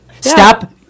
Stop